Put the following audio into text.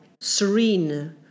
serene